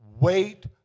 Wait